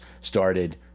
started